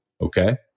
okay